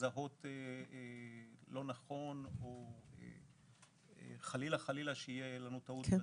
לזהות לא נכון, או חלילה שתהיה טעות בזיהוי.